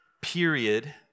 period